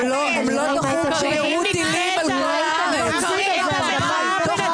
מיכל שיר, דבי ביטון, לא